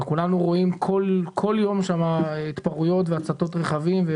כולנו רואים כל יום התפרעויות והצתות רכבים?